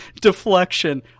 deflection